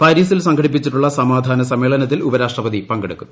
പാരീസിൽ സംഘടിപ്പിച്ചിട്ടുള്ള സമാധാന സമ്മേളനത്തിൽ ഉപരാഷ്ട്രപതി പങ്കെടുക്കും